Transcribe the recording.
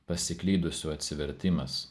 pasiklydusių atsivertimas